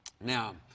Now